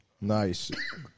Nice